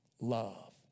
love